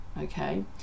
okay